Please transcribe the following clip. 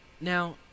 Now